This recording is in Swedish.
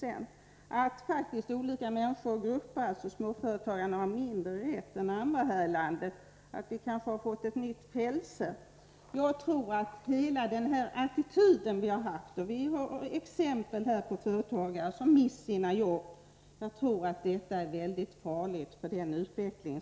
En del människor och grupper av människor har tydligen mindre rätt än andra här i landet. Vi har kanske fått ett nytt frälse. Jag tror att de händelser som vi bevittnat — företagare som mist sina jobb — är någonting farligt för en positiv samhällsutveckling.